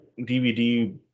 DVD